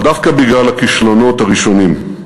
אבל דווקא בגלל הכישלונות הראשונים,